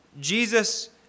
Jesus